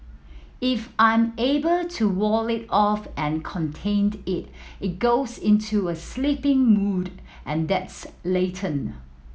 if I'm able to wall it off and contained it it goes into a sleeping mode and that's latent